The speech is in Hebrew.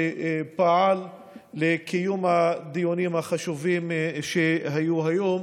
שפעל לקיום הדיונים החשובים שהיו היום.